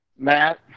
Matt